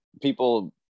people